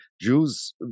Jews